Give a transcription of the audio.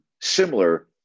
similar